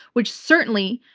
which certainly,